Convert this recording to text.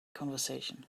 conversation